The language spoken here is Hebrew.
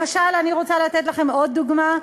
למשל, אני רוצה לתת לכם עוד דוגמה: